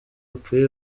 bapfuye